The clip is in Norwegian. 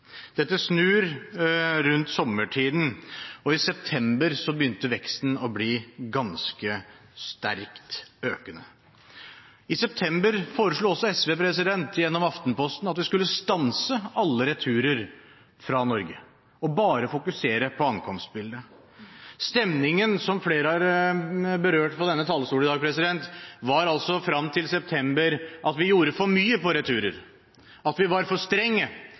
Dette snudde rundt sommertider, og i september begynte veksten å bli ganske sterkt økende. I september foreslo også SV gjennom Aftenposten at vi skulle stanse alle returer fra Norge og bare fokusere på ankomstbildet. Stemningen flere har berørt på denne talerstolen i dag, var altså frem til september at vi gjorde for mye på returer, at vi var for strenge,